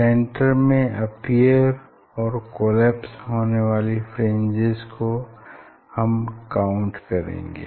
centre में appear और collapse होने वाली फ्रिंजेस को हम काउंट करेंगे